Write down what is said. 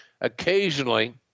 occasionally